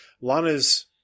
Lana's